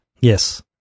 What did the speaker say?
Yes